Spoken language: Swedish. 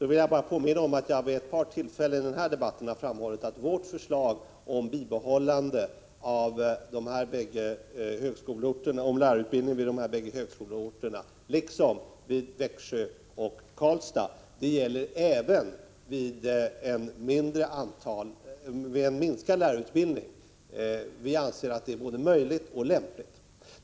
Jag vill bara påminna om att jag vid ett par tillfällen i den här debatten har framhållit att vårt förslag om bibehållande av lärarutbildningen vid de två aktuella högskoleorterna liksom i Växjö och Karlstad gäller även vid en minskad lärarutbildning. Vi anser att det är både möjligt och lämpligt att bibehålla dessa.